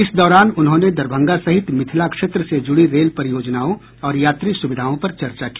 इस दौरान उन्होंने दरभंगा सहित मिथिला क्षेत्र से जुड़ी रेल परियोजनाओं और यात्री सुविधाओं पर चर्चा की